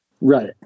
Right